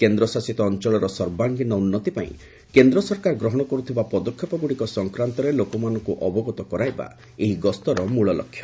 କେନ୍ଦ୍ରଶାସିତ ଅଞ୍ଚଳର ସର୍ବାଙ୍ଗୀନ ଉନ୍ନତି ପାଇଁ କେନ୍ଦ୍ର ସରକାର ଗ୍ରହଣ କରୁଥିବା ପଦକ୍ଷେପଗୁଡ଼ିକ ସଂକ୍ରାନ୍ତରେ ଲୋକମାନଙ୍କୁ ଅବଗତ କରାଇବା ଏହି ଗସ୍ତର ମୂଳ ଲକ୍ଷ୍ୟ